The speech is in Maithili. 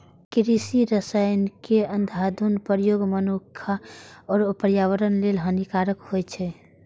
कृषि रसायनक अंधाधुंध प्रयोग मनुक्ख आ पर्यावरण लेल हानिकारक होइ छै